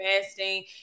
fasting